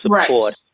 support